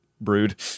Brood